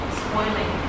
spoiling